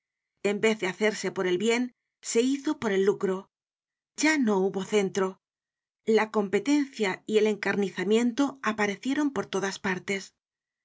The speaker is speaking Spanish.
en vez de hacerse por el bien se hizo por el lucro ya no hubo centro la competencia y el encarnizamiento aparecieron por todas partes